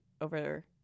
over